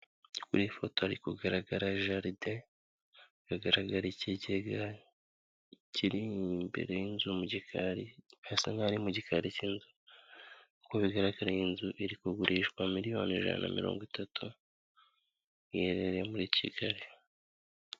Kuri iyi foto hari kugaragara jaride, hakagaragara ikigega, kiri imbere y'inzu mu gikari, hasa nk'aho ari mu gikari cy'inzu, uko bigaragara iyi inzu iri kugurishwa miliyoni ijana na mirongo itatu, iherereye muri Kigali.